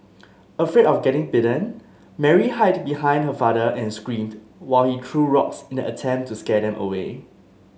afraid of getting bitten Mary hide behind her father and screamed while he threw rocks in an attempt to scare them away